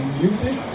music